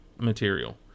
material